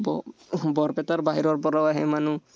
ব বৰপেটাৰ বাহিৰৰ পৰাও আহে মানুহ